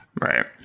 Right